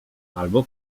albo